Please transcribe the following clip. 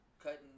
cutting